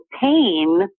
pain